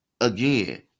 Again